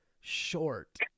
short